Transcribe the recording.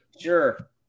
Sure